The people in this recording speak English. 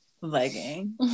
legging